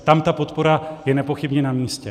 Tam ta podpora je nepochybně namístě.